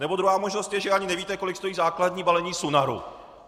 Nebo druhá možnost je, že ani nevíte, kolik stojí základní balení Sunaru.